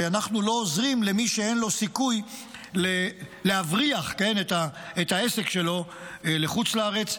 שאנחנו לא עוזרים למי שאין לו סיכוי להבריח את העסק שלו לחוץ לארץ.